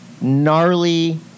gnarly